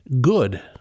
good